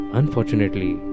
unfortunately